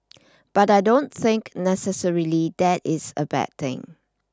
but I don't think necessarily that is a bad thing